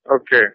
Okay